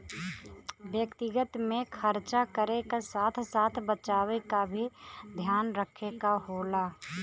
व्यक्तिगत में खरचा करे क साथ साथ बचावे क भी ध्यान रखे क होला